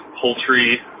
poultry